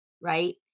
right